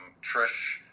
Trish